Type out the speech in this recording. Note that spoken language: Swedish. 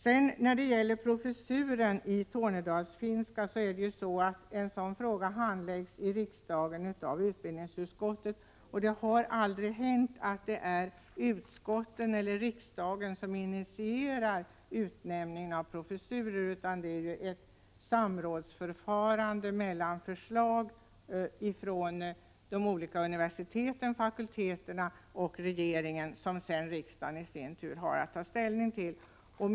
Frågan om professuren i tornedalsfinska handläggs i riksdagen av utbildningsutskottet. Det har aldrig hänt att utskottet eller riksdagen skulle ha initierat tillsättningen av professuren. Det är ett samrådsförfarande där de olika universiteten, fakulteterna och regeringen kommer med förslag. Riksdagen har sedan i sin tur att ta ställning till förslagen.